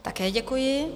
Také děkuji.